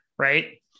Right